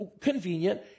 convenient